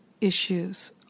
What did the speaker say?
issues